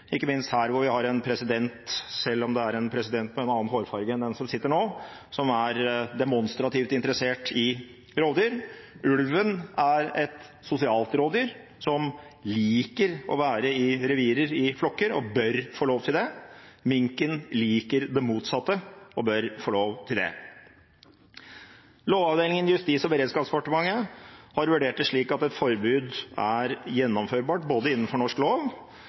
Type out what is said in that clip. ikke minst her hvor vi har en president – selv om det er en president med en annen hårfarge enn den som sitter her nå – som er demonstrativt interessert i rovdyr. Ulven er et sosialt rovdyr som liker å være i revirer i flokker, og som bør få lov til det. Minken liker det motsatte og bør få lov til det. Lovavdelingen i Justis- og beredskapsdepartementet har vurdert det slik at et forbud er gjennomførbart innenfor norsk lov,